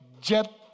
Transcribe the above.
jet